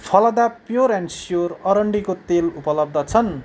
Phalada pure and sure अरन्डीको तेल उपलब्ध छन्